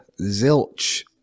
zilch